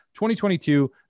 2022